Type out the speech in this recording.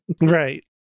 Right